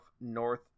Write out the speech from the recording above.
north